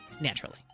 naturally